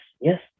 yes